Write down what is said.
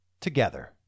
together